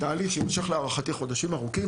זה תהליך שיימשך להערכתי חודשים ארוכים,